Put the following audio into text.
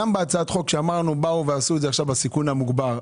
גם בהצעת החוק שעשו את זה בסיכון המוגבר,